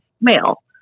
male